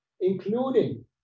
including